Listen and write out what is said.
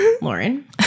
Lauren